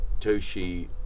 Toshi